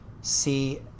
see